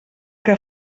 que